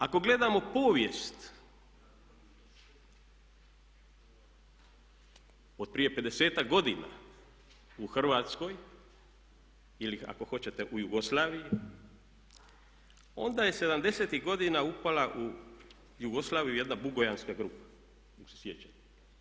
Ako gledamo povijest od prije 50-ak godina u Hrvatskoj ili ako hoćete u Jugoslaviji onda je '70.-tih godina upala u Jugoslaviju jedna bugojanska grupa ako se sjećate.